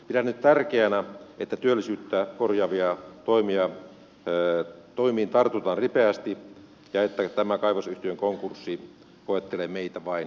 pidän nyt tärkeänä että työllisyyttä korjaaviin toimiin tartutaan ripeästi ja että tämä kaivosyhtiön konkurssi koettelee meitä vain väliaikaisesti